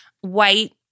white